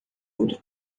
outro